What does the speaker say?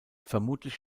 vermutlich